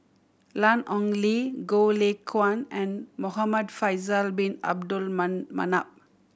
Lan Ong Li Goh Lay Kuan and Muhamad Faisal Bin Abdul Manap